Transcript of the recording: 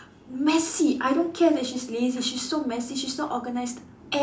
messy I don't care if that she's lazy she's so messy she's not organised at